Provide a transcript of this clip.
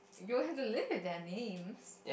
you'll live with their names